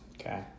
Okay